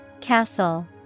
Castle